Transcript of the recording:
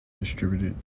distributed